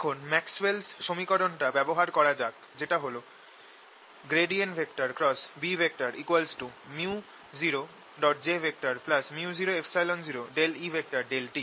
এখন ম্যাক্সওয়েলস সমীকরণটা ব্যবহার করা যাক যেটা হল B µojµ00E∂t